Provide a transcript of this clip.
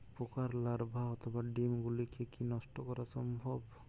পোকার লার্ভা অথবা ডিম গুলিকে কী নষ্ট করা সম্ভব?